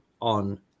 on